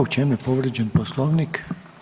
U čem je povrijeđen Poslovnik?